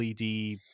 LED